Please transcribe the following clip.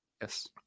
Yes